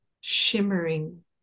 shimmering